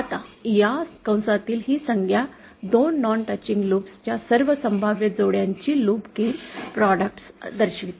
आता या कंसातील ही संज्ञा 2 नॉन टचिंग लूप च्या सर्व संभाव्य जोड्यांची लूप गेन प्रॉडक्ट्स दर्शविते